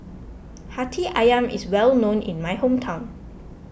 Hati Ayam is well known in my hometown